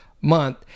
month